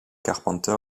carpenter